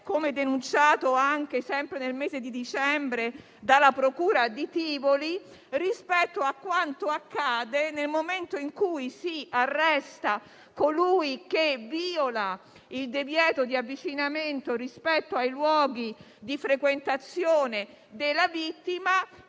come denunciato nel mese di dicembre dalla procura di Tivoli - rispetto a quanto accade nel momento in cui si arresta colui che viola il divieto di avvicinamento ai luoghi di frequentazione della vittima.